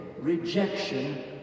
rejection